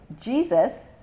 Jesus